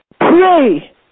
pray